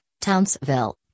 Townsville